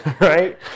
right